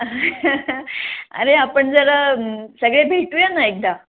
अरे आपण जरा सगळे भेटूया ना एकदा